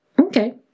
Okay